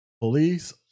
police